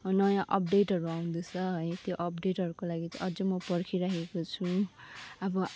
नयाँ अपडेटहरू आउँदैछ है त्यो अपडेटहरूको लागि अझै म पर्खिरहेको छु अब